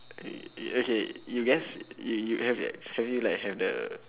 mm okay you guess you you have yet have you like have the